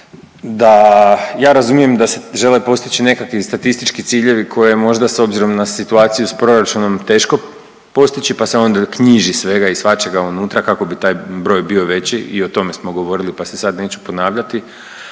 da ja razumijem da se žele postići nekakvi statistički ciljevi koje možda s obzirom na situaciju s proračunom teško postići, pa se onda knjiži svega i svačega unutra kako bi taj broj bio veći. I o tome smo govorili, pa se sada neću ponavljati.